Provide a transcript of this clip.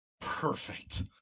Perfect